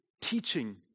teaching